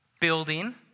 building